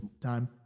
time